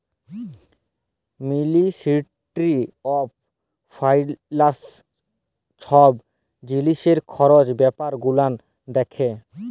ministry of finance ছব জিলিসের খরচ ব্যাপার গুলান দ্যাখে